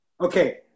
Okay